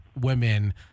women